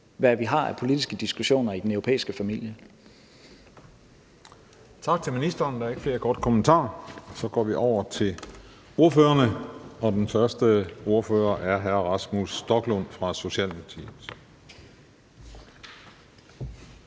hvad vi har af politiske diskussioner i den europæiske familie.